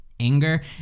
anger